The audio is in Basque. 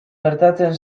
gertatzen